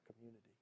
community